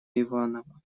иваново